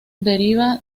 deriva